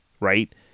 right